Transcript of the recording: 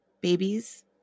babies